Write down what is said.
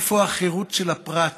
איפה החירות של הפרט